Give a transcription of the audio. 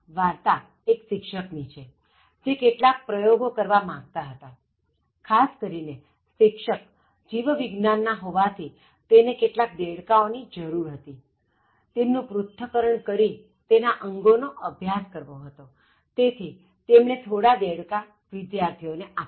વાર્તા એક શિક્ષક ની છે જે કેટલાક પ્રયોગો કરવા માગતા હતા ખાસ કરીને શિક્ષક જીવ વિજ્ઞાન ના હોવા થી તેને કેટલાક દેડકાઓ ની જરુર હતીતેમનું પૃથ્થકરણ કરી તેના અંગો નો અભ્યાસ કરવો હતો તેથી તેમણે થોડા દેડકા વિદ્યાર્થી ઓ ને આપ્યા